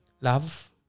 Love